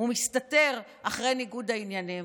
הוא מסתתר מאחורי ניגוד העניינים.